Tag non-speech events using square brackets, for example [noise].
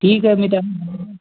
ठीक आहे मी त्यांनी [unintelligible]